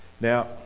Now